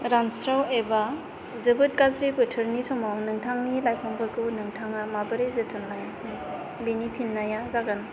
रानस्राव एबा जोबोद गाज्रि बोथोरनि समाव नोंथांनि लाइफांफोरखौ नोंथाङा माबोरै जोथोन लायो बिनि फिननाया जागोन